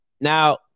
Now